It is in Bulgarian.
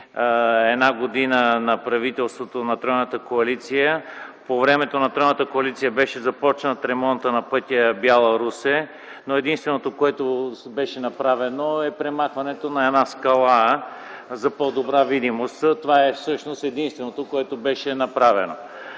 една година на правителството. По времето на тройната коалиция беше започнат ремонтът на пътя Бяла-Русе, но единственото, което беше направено, е премахването на една скала за по-добра видимост. Това всъщност е единственото, което беше направено.